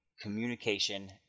communication